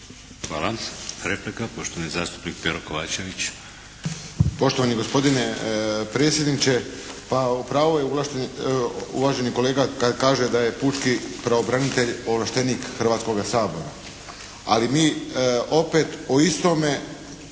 Hvala. Replika, poštovani zastupnik Peero Kovačević.